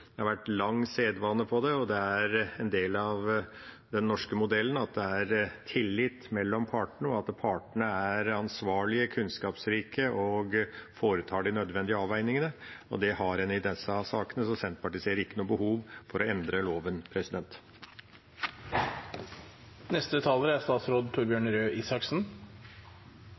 Det har vært lang sedvane for det, og det er en del av den norske modellen at det er tillit mellom partene, og at partene er ansvarlige, kunnskapsrike og foretar de nødvendige avveiningene. Det har en i disse sakene, så Senterpartiet ser ikke noe behov for å endre loven. Formålet med ordningen med arbeidslivskyndige meddommere i stillingsvernsaker er